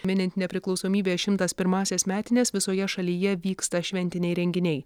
minint nepriklausomybės šimtas pirmąsias metines visoje šalyje vyksta šventiniai renginiai